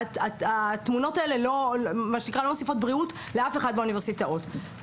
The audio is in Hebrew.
התמונות האלה לא מוסיפות בריאות לאף אחד באוניברסיטאות.